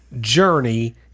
journey